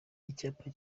icyapa